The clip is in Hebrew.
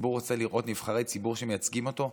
הציבור רואה לראות נבחרי ציבור שמייצגים אותו,